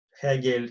Hegel